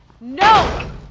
No